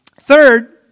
Third